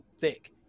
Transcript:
thick